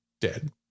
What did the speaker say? dead